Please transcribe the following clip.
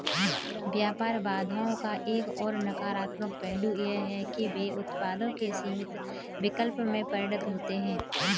व्यापार बाधाओं का एक और नकारात्मक पहलू यह है कि वे उत्पादों के सीमित विकल्प में परिणत होते है